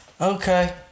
okay